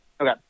Okay